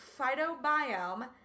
phytobiome